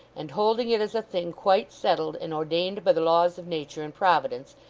and holding it as a thing quite settled and ordained by the laws of nature and providence,